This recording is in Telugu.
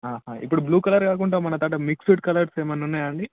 ఇప్పుడు బ్లూ కలర్ కాకుండా మన కాడ మిక్స్డ్ కలర్స్ ఏమన్నా ఉన్నాయా అండి